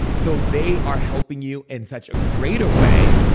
so they are helping you in such a greater way,